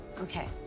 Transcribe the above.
Okay